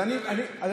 טוב, נדבר על זה.